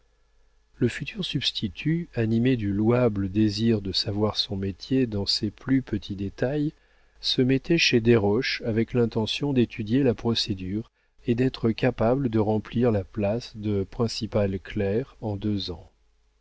le futur substitut animé du louable désir de savoir son métier dans ses plus petits détails se mettait chez desroches avec l'intention d'étudier la procédure et d'être capable de remplir la place de principal clerc en deux ans